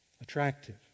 attractive